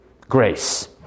grace